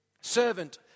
servant